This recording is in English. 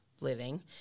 living